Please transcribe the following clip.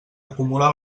acumular